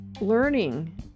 learning